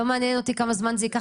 לא מעניין אותי כמה זמן זה ייקח.